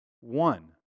One